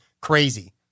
crazy